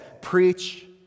Preach